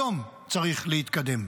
היום צריך להתקדם.